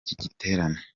giterane